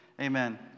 Amen